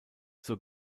zur